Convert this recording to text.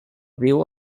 viu